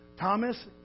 Thomas